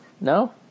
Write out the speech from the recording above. No